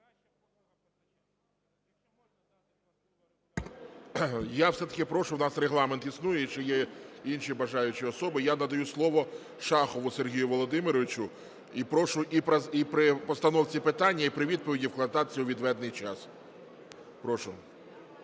Я все-таки прошу, у нас регламент існує, і ще є інші бажаючі особи. Я надаю слово Шахову Сергію Володимировичу. І прошу при постановці питання, і при відповіді вкладатися у відведений час. Прошу.